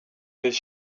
his